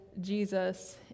Jesus